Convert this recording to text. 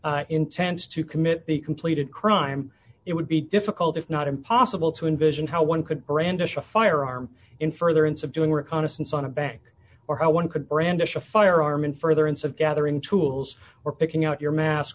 the intense to commit the completed crime it would be difficult if not impossible to envision how one could brandish a firearm in further in subduing reconnaissance on a bank or how one could brandish a firearm in furtherance of gathering tools or picking out